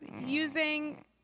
Using